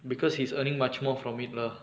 because he's earning much more from it lah